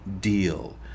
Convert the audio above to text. deal